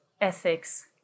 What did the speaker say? ethics